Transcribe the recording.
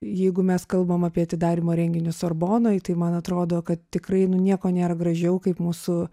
jeigu mes kalbam apie atidarymo renginius sorbonoj tai man atrodo kad tikrai nu nieko nėra gražiau kaip mūsų